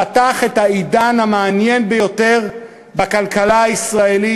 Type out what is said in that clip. פתח את העידן המעניין ביותר בכלכלה הישראלית,